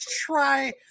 try